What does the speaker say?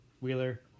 Wheeler